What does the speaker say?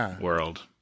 world